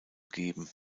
geben